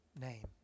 name